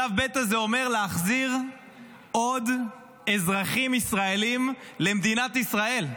שלב ב' הזה אומר להחזיר עוד אזרחים ישראלים למדינת ישראל,